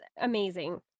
amazing